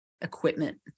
equipment